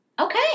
Okay